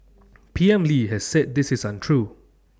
P M lee has said this is untrue